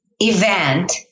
event